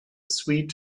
sweet